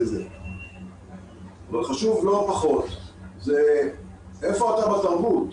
אבל חשוב לא פחות זה איפה אתה בתרבות,